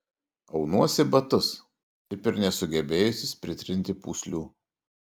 aunuosi batus taip ir nesugebėjusius pritrinti pūslių